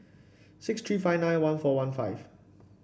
six three five nine one four one five